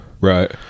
right